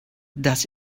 das